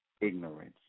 ignorance